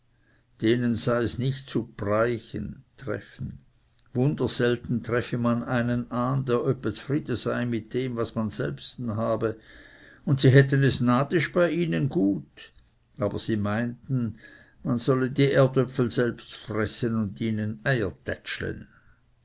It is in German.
denen seis nicht zu breichen wunderselten treffe man einen an der öppe zufrieden sei mit dem wie man es selbsten habe und sie hätten es nadisch bei ihnen gut aber sie meinten man solle die erdöpfel selbst fressen und ihnen